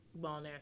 wellness